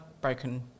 broken